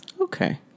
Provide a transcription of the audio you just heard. okay